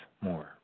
more